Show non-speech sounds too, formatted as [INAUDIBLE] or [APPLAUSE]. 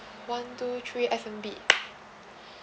one two three [NOISE] F&B [NOISE]